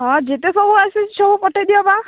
ହଁ ଯେତେ ସବୁ ଆସୁଛି ସବୁ ପଠେଇ ଦିଅ ବା